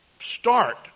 start